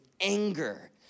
anger